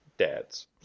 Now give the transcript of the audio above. dads